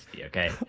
Okay